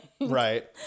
Right